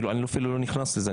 אני אפילו לא נכנס לזה,